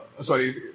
sorry